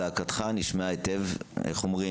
זעקתך נשמעה היטב, איך אומרים?